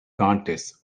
contests